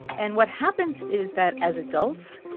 and what happens is that, as adults,